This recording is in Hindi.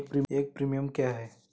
एक प्रीमियम क्या है?